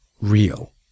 real